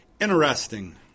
Interesting